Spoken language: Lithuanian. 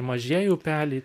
mažieji upeliai